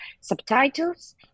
subtitles